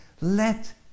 let